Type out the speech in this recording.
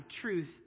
truth